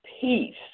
peace